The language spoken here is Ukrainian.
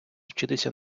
вчитися